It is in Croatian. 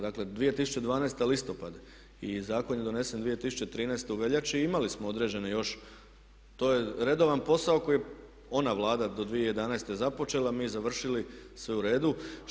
Dakle 2012. listopad i zakon je donesen 2013. u veljači i imali smo određene još, to je redovan posao koji je ona Vlada do 2011. započela a mi završili, sve u redu.